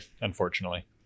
Unfortunately